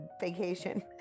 vacation